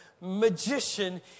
magician